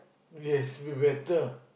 yes be better